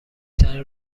ترین